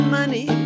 money